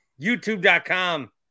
YouTube.com